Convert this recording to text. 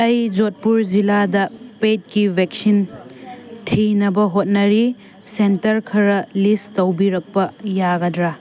ꯑꯩ ꯖꯣꯠꯄꯤꯔ ꯖꯤꯜꯂꯤꯗ ꯄꯦꯠꯀꯤ ꯚꯦꯛꯁꯤꯟ ꯊꯤꯅꯕ ꯍꯣꯠꯅꯔꯤ ꯁꯦꯟꯇꯔ ꯈꯔ ꯂꯤꯁ ꯇꯧꯕꯤꯔꯛꯄ ꯌꯥꯒꯗ꯭ꯔꯥ